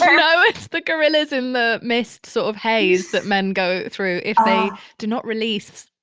um no, it's the gorillas in the mist sort of haze that men go through if they do not release,